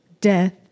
death